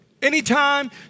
Anytime